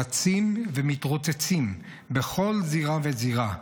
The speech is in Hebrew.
רצים ומתרוצצים בכל זירה וזירה.